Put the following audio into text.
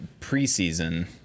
preseason